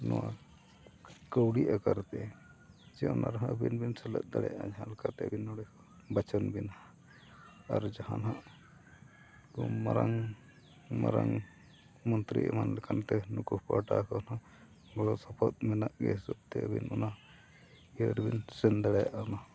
ᱱᱚᱣᱟ ᱠᱟᱣᱰᱤ ᱟᱠᱟᱨᱛᱮ ᱡᱮ ᱚᱱᱟ ᱨᱮᱦᱚᱸ ᱟᱵᱤᱱ ᱵᱤᱱ ᱥᱮᱞᱮᱫ ᱫᱟᱲᱮᱭᱟᱜᱼᱟ ᱡᱟᱦᱟᱸ ᱞᱮᱠᱟᱛᱮ ᱟᱹᱵᱤᱱ ᱱᱚᱰᱮ ᱠᱚ ᱵᱟᱪᱷᱚᱱ ᱵᱮᱱᱟ ᱟᱨ ᱡᱟᱦᱟᱸ ᱱᱟᱦᱟᱜ ᱠᱚ ᱢᱟᱨᱟᱝ ᱢᱟᱨᱟᱝ ᱢᱚᱱᱛᱨᱤ ᱮᱢᱟᱱ ᱞᱮᱠᱟᱱᱛᱮ ᱱᱩᱠᱩ ᱯᱟᱦᱴᱟ ᱠᱷᱚᱱ ᱦᱚᱸ ᱜᱚᱲᱚ ᱥᱚᱯᱚᱦᱚᱫ ᱢᱮᱱᱟᱜ ᱜᱮ ᱦᱤᱥᱟᱹᱵᱽ ᱛᱮ ᱟᱹᱵᱤᱱ ᱚᱱᱟ ᱤᱭᱟᱹ ᱨᱮᱵᱮᱱ ᱥᱮᱱ ᱫᱟᱲᱮᱭᱟᱜ ᱢᱟ